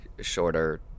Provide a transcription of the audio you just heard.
shorter